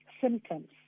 symptoms